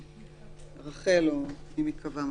רח"ל או מי שייקבע.